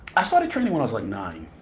i started training when i like nine.